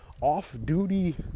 off-duty